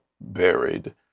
buried